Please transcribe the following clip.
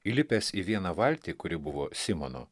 įlipęs į vieną valtį kuri buvo simono